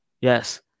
yes